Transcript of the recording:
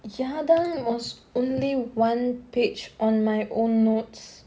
yardang was only one page on my own notes